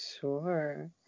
Sure